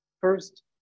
First